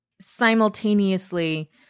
Simultaneously